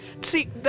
See